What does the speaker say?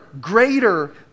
greater